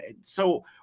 so-